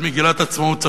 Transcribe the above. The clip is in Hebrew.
את מגילת העצמאות,